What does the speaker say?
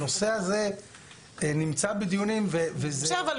הנושא הזה נמצא בדיונים וזה בסדר,